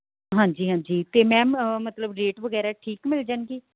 ਹਾਂਜੀ ਹਾਂਜੀ ਅਤੇ ਮੈਮ ਮਤਲਬ ਰੇਟ ਵਗੈਰਾ ਠੀਕ ਮਿਲ ਜਾਣਗੇ